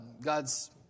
God's